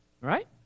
Right